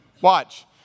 Watch